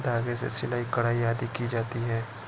धागे से सिलाई, कढ़ाई आदि की जाती है